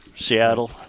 seattle